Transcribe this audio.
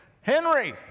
Henry